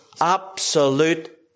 absolute